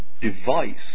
device